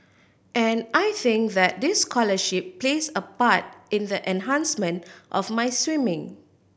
and I think that this scholarship plays a part in the enhancement of my swimming